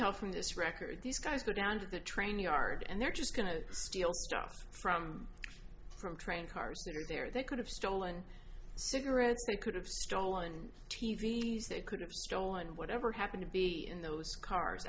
tell from this record these guys go down to the train yard and they're just going to steal stuff from from train cars there they could have stolen cigarettes they could have stolen t v s they could have stolen whatever happened to be in those cars